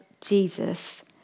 Jesus